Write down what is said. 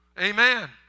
Amen